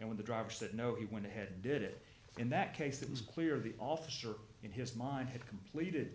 and when the driver said no he went ahead and did it in that case it was clear the officer in his mind had completed